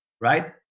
right